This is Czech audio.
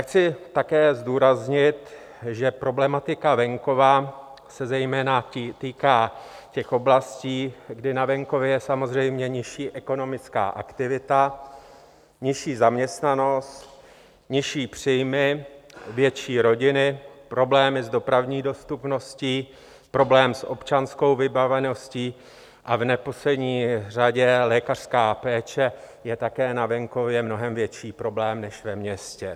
Chci také zdůraznit, že problematika venkova se zejména týká těch oblastí, kdy na venkově je samozřejmě nižší ekonomická aktivita, nižší zaměstnanost, nižší příjmy, větší rodiny, problémy s dopravní dostupností, problém s občanskou vybaveností a v neposlední řadě lékařská péče je na venkově také mnohem větší problém než ve městě.